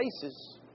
places